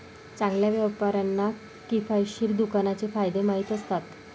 चांगल्या व्यापाऱ्यांना किफायतशीर दुकानाचे फायदे माहीत असतात